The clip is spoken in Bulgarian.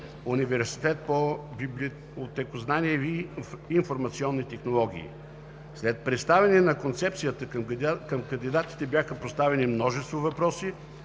Университета по библиотекознание и информационни технологии. След представяне на концепциите към кандидатите бяха поставени множество въпроси